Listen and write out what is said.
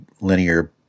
linear